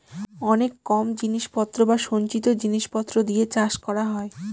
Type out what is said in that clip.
অনেক কম জিনিস পত্র বা সঞ্চিত জিনিস পত্র দিয়ে চাষ করা হয়